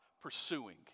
pursuing